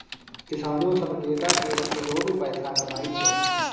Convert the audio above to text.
किसानो सब गेंदा केर फुल रोपि पैसा कमाइ छै